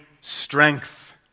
strength